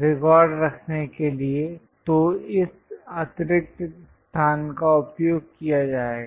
record रखने के लिए तो इस अतिरिक्त स्थान का उपयोग किया जाएगा